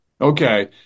Okay